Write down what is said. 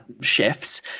chefs